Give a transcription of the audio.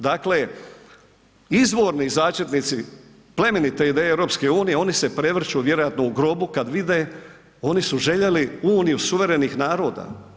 Dakle, izvorni začetnici plemenite ideje EU oni se prevrću vjerojatno u grobu kad vide, oni su željeli uniju suverenih naroda.